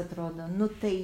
atrodo nu tai